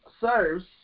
serves